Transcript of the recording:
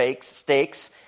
stakes